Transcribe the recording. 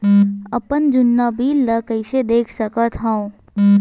अपन जुन्ना बिल ला कइसे देख सकत हाव?